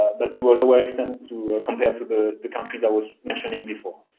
but to a lower extent to ah compared to the the countries i was mentioning before.